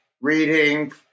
reading